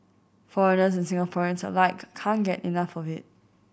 foreigners and Singaporeans alike can't get enough of it